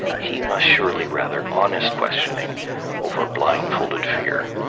he must surely rather honest questioning over blindfolded fear.